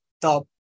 top